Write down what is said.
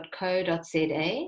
.co.za